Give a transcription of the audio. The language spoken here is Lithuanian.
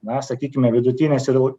na sakykime vidutinės ir